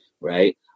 Right